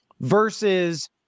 versus